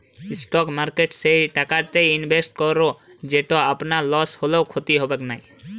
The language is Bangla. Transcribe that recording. স্টক মার্কেটে সেই টাকাটা ইনভেস্ট করো যেটো আপনার লস হলেও ক্ষতি হবেক নাই